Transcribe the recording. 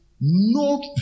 no